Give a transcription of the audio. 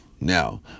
Now